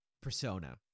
persona